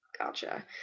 Gotcha